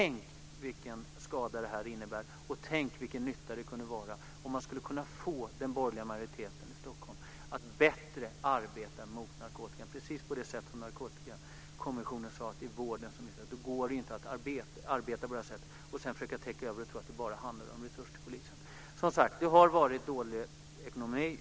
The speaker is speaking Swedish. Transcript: Tänk vilken skada detta gör, och tänk vilken nytta det kunde göra om vi fick den borgerliga majoriteten i Stockholm att arbeta bättre mot narkotikan. Narkotikakommissionen sade ju att vården är så viktig. Det går inte att arbeta på detta sätt och sedan försöka täcka över det och tro att det bara handlar om resurser till polisen. Ekonomin har som sagt varit dålig.